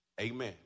Amen